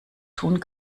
tun